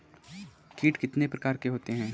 कीट कितने प्रकार के होते हैं?